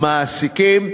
המעסיקים.